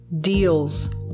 deals